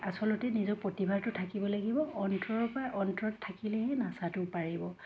আচলতে নিজৰ প্ৰতিভাটো থাকিব লাগিব অন্তৰৰ পৰা অন্তৰত থাকিলেহে নচাটো পাৰিব